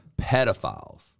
pedophiles